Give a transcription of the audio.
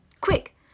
Quick